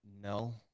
No